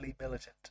militant